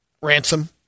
ransom